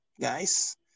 guys